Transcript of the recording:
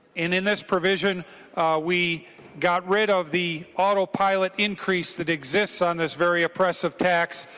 in in this provision we got rid of the autopilot increase that exists on this very oppressive tax.